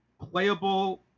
playable